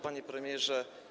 Panie Premierze!